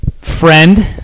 friend